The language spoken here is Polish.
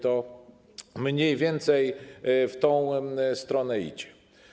To mniej więcej w tę stronę idzie.